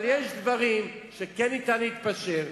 אבל יש דברים שכן אפשר להתפשר,